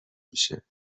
میشه